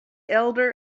elder